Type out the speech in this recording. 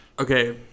okay